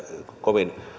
kovin